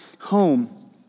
home